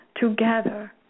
together